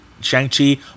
Shang-Chi